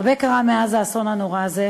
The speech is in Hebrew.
הרבה קרה מאז האסון הנורא הזה,